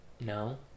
no